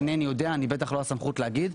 אינני יודע, אני בטח לא הסמכות להגיד.